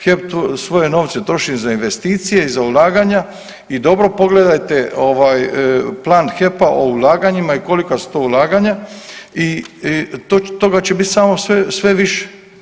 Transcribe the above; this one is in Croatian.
HEP svoje novce troši za investicije i za ulaganja i dobro pogledajte plan HEP-a o ulaganjima i kolika su to ulaganja i toga će biti sve više.